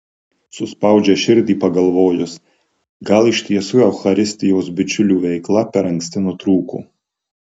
suspaudžia širdį pagalvojus gal iš tiesų eucharistijos bičiulių veikla per anksti nutrūko